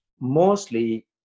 mostly